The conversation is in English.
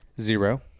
Zero